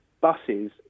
Buses